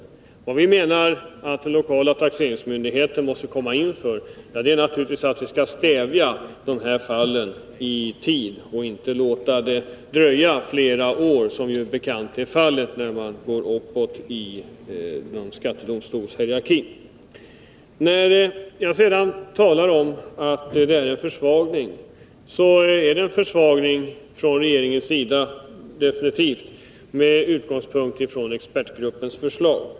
Anledningen till att vi menar att den lokala taxeringsmyndigheten först måste komma in är att vi vill stoppa dessa företeelser i tid och inte låta det dröja flera år, vilket som bekant blir fallet när man går uppåt i skattedomstolshierarkin. Jag talade vidare om att det nu föreliggande förslaget innebär en försvagning, och jag vidhåller definitivt att det är fråga om en försvagning i förhållande till expertgruppens förslag.